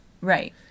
Right